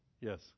Yes